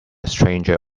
stranger